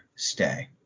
stay